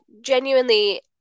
genuinely